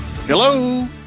Hello